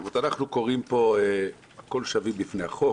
אנחנו קוראים פה: "הכול שווים בפני החוק.